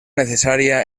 necesaria